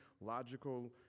logical